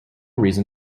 reason